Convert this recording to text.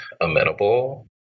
amenable